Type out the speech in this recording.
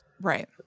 Right